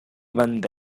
வந்த